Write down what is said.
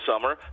summer